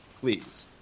please